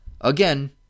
again